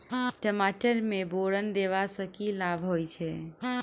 टमाटर मे बोरन देबा सँ की लाभ होइ छैय?